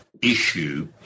Issue